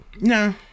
no